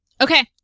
Okay